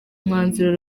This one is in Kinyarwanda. mwanzuro